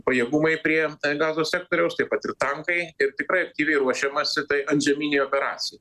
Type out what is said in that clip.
pajėgumai prie gazos sektoriaus taip pat ir tankai ir tikrai aktyviai ruošiamasi tai antžeminei operacijai